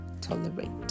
tolerate